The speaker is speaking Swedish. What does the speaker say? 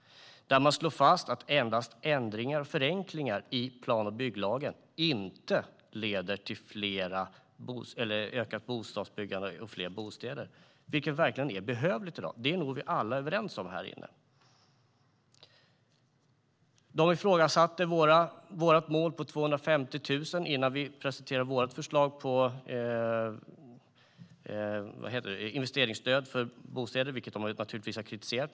Där slås fast att enbart ändringar och förenklingar i plan och bygglagen inte leder till ökat bostadsbyggande eller fler bostäder, vilket vi nog alla här är överens om verkligen behövs i dag. Sveriges Byggindustrier ifrågasatte vårt mål på 250 000 innan vi presenterade vårt förslag om investeringsstöd för bostäder, vilket de naturligtvis kritiserade.